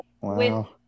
wow